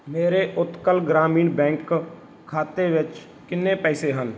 ਮੇਰੇ ਉਤਕਲ ਗ੍ਰਾਮੀਣ ਬੈਂਕ ਖਾਤੇ ਵਿੱਚ ਕਿੰਨੇ ਪੈਸੇ ਹਨ